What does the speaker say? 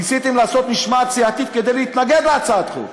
ניסיתם לעשות משמעת סיעתית כדי להתנגד להצעת החוק,